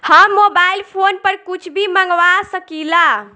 हम mobile phone पर कुछ भी मंगवा सकिला?